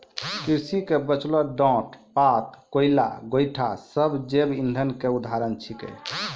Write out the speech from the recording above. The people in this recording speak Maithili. कृषि के बचलो डांट पात, कोयला, गोयठा सब जैव इंधन के उदाहरण छेकै